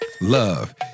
Love